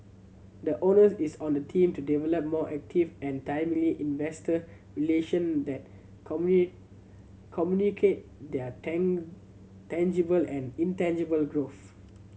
the onus is on the team to develop more active and timely investor relation that communicate their tangible and intangible growth